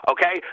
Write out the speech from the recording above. Okay